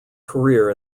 career